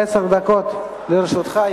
עשר דקות לרשותך.